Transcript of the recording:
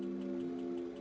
news